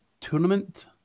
Tournament